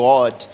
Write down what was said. God